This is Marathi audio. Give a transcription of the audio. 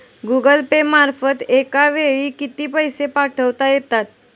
गूगल पे मार्फत एका वेळी किती पैसे पाठवता येतात?